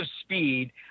speed